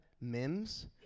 MIMS